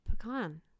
pecan